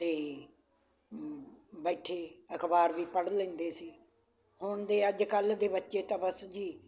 ਅਤੇ ਬੈਠੇ ਅਖਬਾਰ ਵੀ ਪੜ੍ਹ ਲੈਂਦੇ ਸੀ ਹੁਣ ਦੇ ਅੱਜ ਕੱਲ੍ਹ ਦੇ ਬੱਚੇ ਤਾਂ ਬਸ ਜੀ